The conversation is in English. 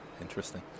Interesting